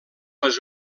les